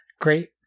great